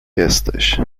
jesteś